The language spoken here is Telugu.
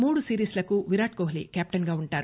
మూడు సిరీస్లకు విరాట్ కోహ్లీ కెప్టిన్గా ఉంటారు